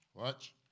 Watch